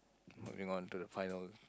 moving on to the final